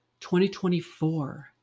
2024